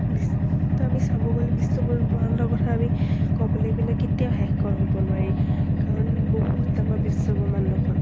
বিচ ত' আমি চাব গ'লে বিশ্বব্ৰহ্মাণ্ডৰ কথা আমি ক'বলৈ গ'লে কেতিয়াও শেষ কৰ হ'ব নোৱাৰি কাৰণ বহুত ডাঙৰ বিশ্বব্ৰহ্মাণ্ডখন